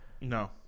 No